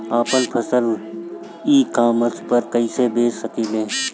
आपन फसल e commerce पर कईसे बेच सकिले?